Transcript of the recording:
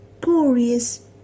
glorious